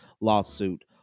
lawsuit